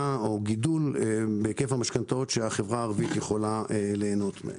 או גידול בהיקף המשכנתאות שהחברה הערבית יכולה ליהנות מהן.